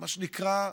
מה שנקרא,